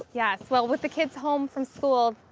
yes, well, with the kids home from school,